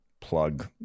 plug